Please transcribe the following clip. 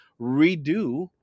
redo